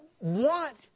want